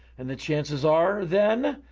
and the chances are then,